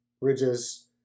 ridges